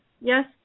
yes